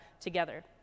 together